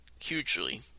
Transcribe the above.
hugely